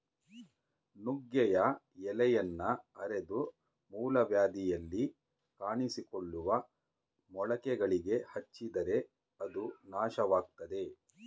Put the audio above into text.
ನುಗ್ಗೆಯ ಎಲೆಯನ್ನ ಅರೆದು ಮೂಲವ್ಯಾಧಿಯಲ್ಲಿ ಕಾಣಿಸಿಕೊಳ್ಳುವ ಮೊಳಕೆಗಳಿಗೆ ಹಚ್ಚಿದರೆ ಅದು ನಾಶವಾಗ್ತದೆ